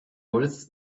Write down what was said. worth